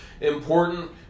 important